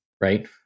right